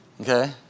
Okay